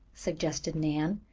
suggested nan,